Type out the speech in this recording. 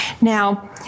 Now